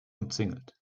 umzingelt